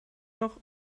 noch